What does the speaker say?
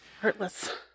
Hurtless